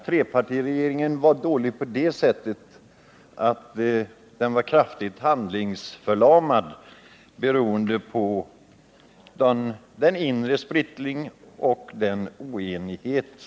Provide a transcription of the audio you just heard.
Trepartiregeringen var dålig på det sättet att den var kraftigt handlingsförlamad beroende på inre splittring och oenighet.